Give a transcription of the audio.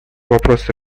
вопросы